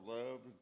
love